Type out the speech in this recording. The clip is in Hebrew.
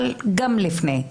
אבל גם לפני,